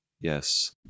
Yes